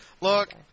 Look